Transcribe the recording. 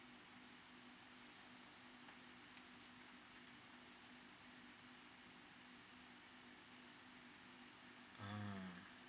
um